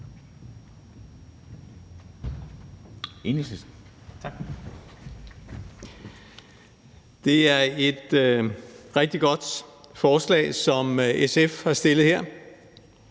Det er et rigtig godt forslag, som SF her har